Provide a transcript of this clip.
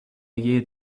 year